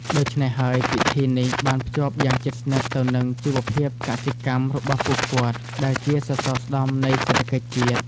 ដូច្នេះហើយ ពិធីនេះបានភ្ជាប់យ៉ាងជិតស្និទ្ធទៅនឹងជីវភាពកសិកម្មរបស់ពួកគាត់ ដែលជាសសរស្តម្ភនៃសេដ្ឋកិច្ចជាតិ។